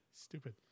stupid